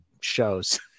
shows